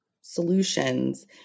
solutions